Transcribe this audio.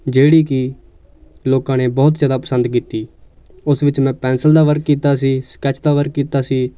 ਜਿਹੜੀ ਕਿ ਲੋਕਾਂ ਨੇ ਬਹੁਤ ਜ਼ਿਆਦਾ ਪਸੰਦ ਕੀਤੀ ਉਸ ਵਿੱਚ ਮੈਂ ਪੈਂਸਿਲ ਦਾ ਵਰਕ ਕੀਤਾ ਸੀ ਸਕੈੱਚ ਦਾ ਵਰਕ ਕੀਤਾ ਸੀ